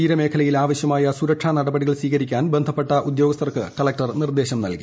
തീരമേഖലയിൽ ആവശ്യമായ സുരക്ഷാനടപടികൾ സ്വീകരിക്കുവാൻ ബന്ധപ്പെട്ട ഉദ്യോഗസ്ഥർക്ക് ജില്ലാ കളക്ടർ നിർദ്ദേശം നൽകി